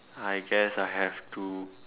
I guess I have to